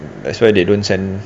that's why they don't send